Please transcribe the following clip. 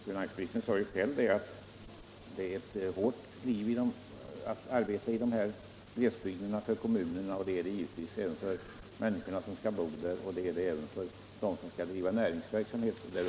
Finansministern sade själv att det är hårt att arbeta i glesbygderna för kommunerna. Det är det givetvis även för människorna som bor där och för dem som bedriver näringsverksamhet där.